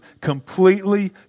completely